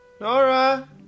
Nora